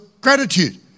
gratitude